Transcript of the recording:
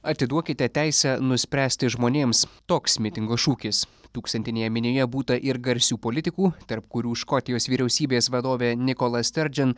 atiduokite teisę nuspręsti žmonėms toks mitingo šūkis tūkstantinėje minioje būta ir garsių politikų tarp kurių škotijos vyriausybės vadovė nikola sterdžen